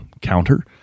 counter